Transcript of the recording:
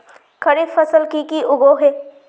खरीफ फसल की की उगैहे?